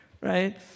Right